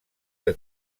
que